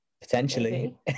potentially